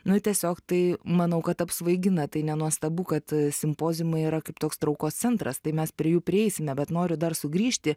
nu tiesiog tai manau kad apsvaigina tai nenuostabu kad simpoziumai yra kaip toks traukos centras tai mes prie jų prieisime bet noriu dar sugrįžti